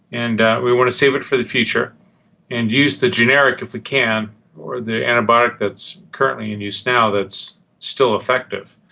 and we want to save it for the future and use the generic if we can or the antibiotic that's currently in use now that's still effective.